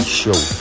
show